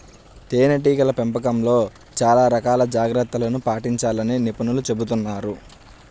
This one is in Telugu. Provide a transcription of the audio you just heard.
తేనెటీగల పెంపకంలో చాలా రకాల జాగ్రత్తలను పాటించాలని నిపుణులు చెబుతున్నారు